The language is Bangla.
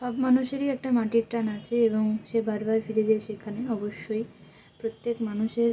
সব মানুষেরই একটা মাটির টান আছে এবং সে বারবার ফিরে যায় সেখানে অবশ্যই প্রত্যেক মানুষের